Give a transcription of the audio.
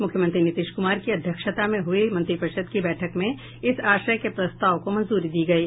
मूख्यमंत्री नीतीश कूमार की अध्यक्षता में हुई मंत्रिपरिषद की बैठक में इस आशय के प्रस्ताव को मंजूरी दी गयी